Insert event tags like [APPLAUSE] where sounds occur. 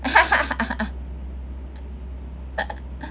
[LAUGHS]